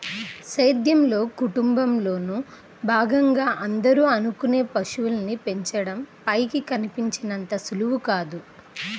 సేద్యంలో, కుటుంబంలోను భాగంగా అందరూ అనుకునే పశువుల్ని పెంచడం పైకి కనిపించినంత సులువు కాదు